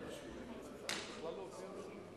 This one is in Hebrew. זה השם שנתנו לי